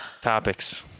Topics